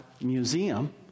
museum